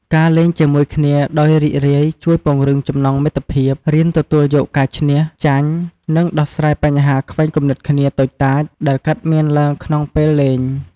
ការលេងជាមួយគ្នាដោយរីករាយជួយពង្រឹងចំណងមិត្តភាព រៀនទទួលយកការឈ្នះ ចាញ់ និងដោះស្រាយបញ្ហាខ្វែងគំនិតគ្នាតូចតាច ដែលកើតមានឡើងក្នុងពេលលេង។